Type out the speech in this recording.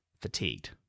fatigued